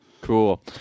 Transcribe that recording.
Cool